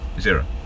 Zero